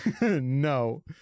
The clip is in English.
No